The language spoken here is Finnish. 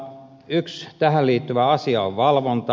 yksi tähän liittyvä asia on valvonta